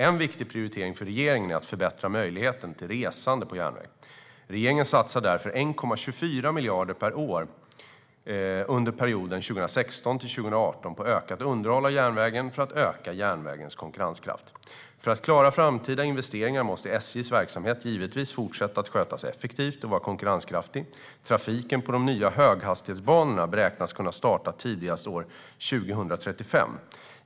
En viktig prioritering för regeringen är att förbättra möjligheterna till resande på järnväg. Regeringen satsar därför 1,24 miljarder kronor per år under perioden 2016-2018 på ökat underhåll av järnvägen för att öka järnvägens konkurrenskraft. För att klara framtida investeringar måste givetvis SJ:s verksamhet fortsätta att skötas effektivt och vara konkurrenskraftig. Trafiken på de nya höghastighetsbanorna beräknas kunna starta tidigast år 2035.